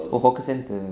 oh hawker centre